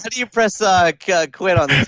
ah you press ah quit on